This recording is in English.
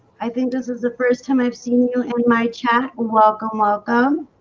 i think this is the first time i've seen you in my chat, welcome welcome